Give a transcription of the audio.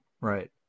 right